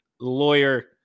lawyer